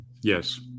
Yes